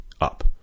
up